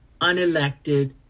unelected